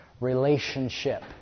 relationship